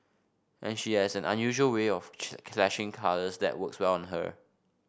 and she has an unusual way of clashing colours that works well on her